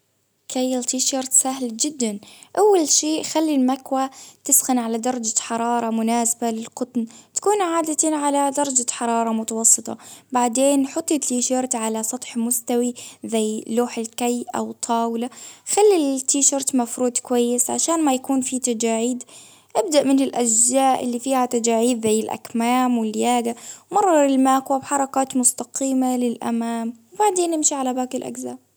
كي التيشرت سهل جدا ،سهل جدا، أول شيء خلي المكواة تسخن على درجة حرارة مناسبة للقطن، كون عادة على درجة حرارة متوسطة، بعدين حطي على سطح مستوي زي لوح الكي ،أو الطاولة، خلي الهوت التيشرت كويس عشان ما يكون في تجاعيد من الأجزاء اللي فيها تجاعيد زي الأكمام واللياقة، مرر الماكوى بحركات مستقيمة للأمام، بعدين نمشي على باقي الأكمام